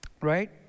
Right